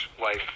wife